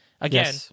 Again